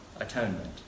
atonement